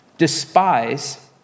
despise